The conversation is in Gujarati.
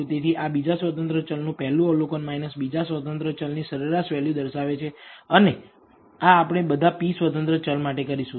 તેથી આ બીજા સ્વતંત્ર ચલનું પહેલું અવલોકન બીજા સ્વતંત્ર ચલની સરેરાશ વેલ્યુ દર્શાવે છે અને આ આપણે બધા p સ્વતંત્ર ચલ માટે કરીશું